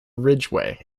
ridgway